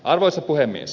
arvoisa puhemies